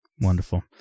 Wonderful